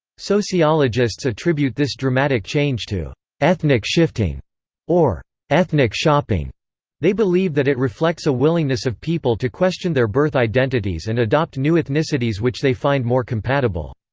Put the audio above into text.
sociologists attribute this dramatic change to ethnic shifting or ethnic shopping they believe that it reflects a willingness of people to question their birth identities and adopt new ethnicities which they find more compatible.